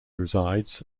resides